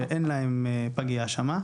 שאין להם פגייה שם,